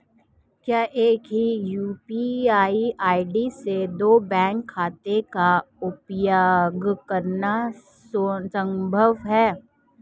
क्या एक ही यू.पी.आई से दो बैंक खातों का उपयोग करना संभव है?